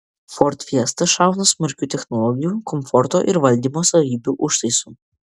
ford fiesta šauna smarkiu technologijų komforto ir valdymo savybių užtaisu